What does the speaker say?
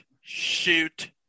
shoot